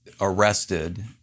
arrested